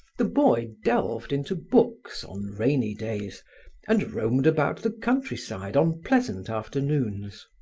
the boy delved into books on rainy days and roamed about the countryside on pleasant afternoons.